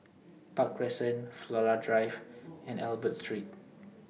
Park Crescent Flora Drive and Albert Street